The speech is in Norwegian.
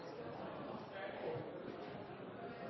statsråd